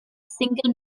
single